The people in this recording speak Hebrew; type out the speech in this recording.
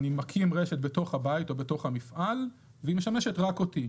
אני מקים רשת בתוך הבית או בתוך המפעל והיא משמשת רק אותי.